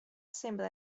sembra